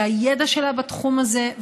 שהידע שלה בתחום הזה,